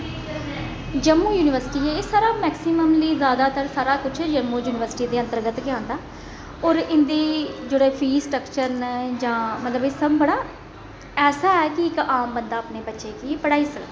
Jammu university एह् जैदातर maximum Jammu university दे अतंगत गे आंदा ऐ होर इं'दी जेह्ड़े फी स्टकचर न जां मतलब एह सब बड़ा ऐसा है कि इक आम बंदा अपने बच्चें गी पढ़ाई सकदा